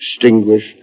Distinguished